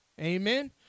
Amen